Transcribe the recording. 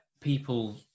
people